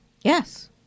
Yes